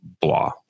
blah